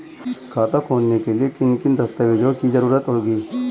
खाता खोलने के लिए किन किन दस्तावेजों की जरूरत होगी?